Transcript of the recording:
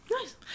Nice